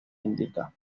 indica